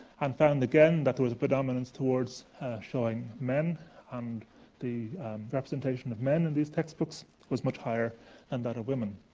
and found again that there was a predominance towards showing men and the representation of men in these textbooks was much higher than and that of women.